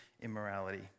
immorality